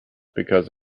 because